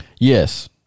Yes